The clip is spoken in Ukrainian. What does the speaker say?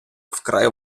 вкрай